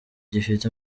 gifite